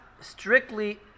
strictly